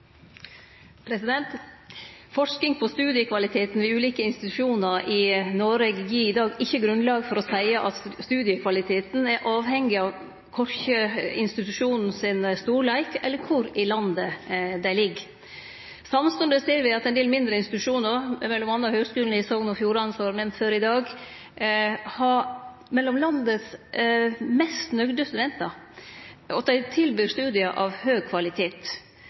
Forsking på studiekvaliteten ved ulike institusjonar i Noreg gjev i dag ikkje grunnlag for å seie at studiekvaliteten er avhengig av korkje institusjonane sin storleik eller kvar i landet dei ligg. Samstundes ser me at ein del mindre institusjonar, m.a. Høgskulen i Sogn og Fjordane, som vart nemnd før i dag, har mellom dei mest nøgde studentane i landet, og dei tilbyr studiar av høg kvalitet.